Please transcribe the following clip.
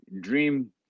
dream